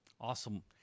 Awesome